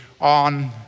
on